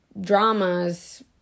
dramas